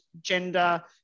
gender